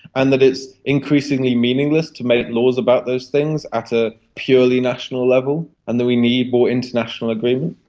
and that it's increasingly meaningless to make laws about those things at a purely national level and that we need more international agreement.